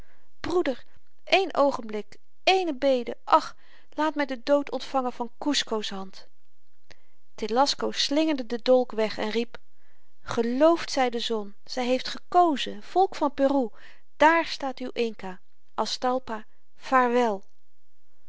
broeder één oogenblik eéne bede ach laat my den dood ontvangen van kusco's hand telasco slingerde den dolk weg en riep geloofd zy de zon zy heeft gekozen volk van peru daar staat uw inca aztalpa vaarwel